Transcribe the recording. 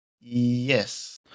Yes